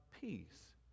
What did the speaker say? peace